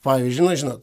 pavyzdžiui nu žinot